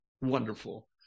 wonderful